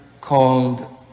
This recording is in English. called